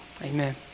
amen